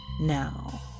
Now